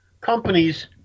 companies